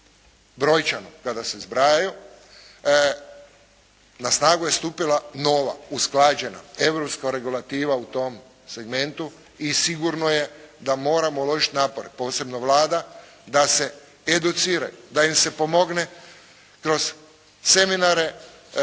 brojčano kada se zbrajaju. Na snagu je stupila nova, usklađena, europska regulativa u tom segmentu i sigurno je da moramo uložiti napore, posebno Vlada da se educiraju, da im se pomogne kroz seminare